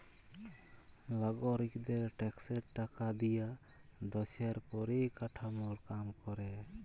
লাগরিকদের ট্যাক্সের টাকা দিয়া দ্যশের পরিকাঠামর কাম ক্যরে